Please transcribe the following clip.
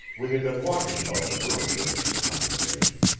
we had been walking about the room during this conversation,